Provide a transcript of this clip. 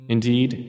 Indeed